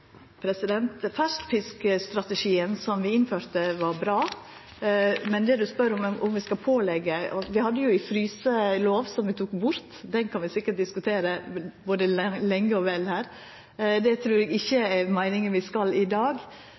Ferskfiskstrategien, som vi innførte, var bra. Til det som det vert spurt om, om vi skal påleggja: Vi hadde ei fryselov, som vi tok bort. Den kan vi sikkert diskutera både lenge og vel her – det trur eg ikkje er meininga at vi skal i dag.